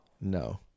No